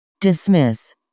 Dismiss